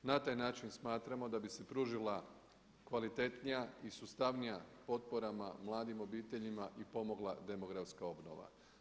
Na taj način smatramo da bi se pružila kvalitetnija i sustavnija potpora mladim obiteljima i pomogla demografska obnova.